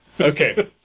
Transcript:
Okay